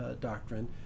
doctrine